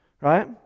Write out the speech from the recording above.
right